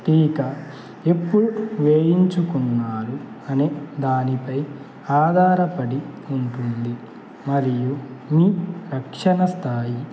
టీకా ఎప్పుడు వేయించుకున్నారు అనే దానిపై ఆధారపడి ఉంటుంది మరియు మీ రక్షణ స్థాయి